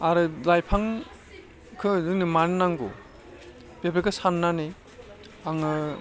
आरो लाइफांखौ जोंनो मानो नांगौ बेफोरखो साननानै आङो